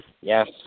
Yes